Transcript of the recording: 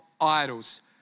idols